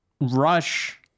rush